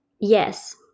Yes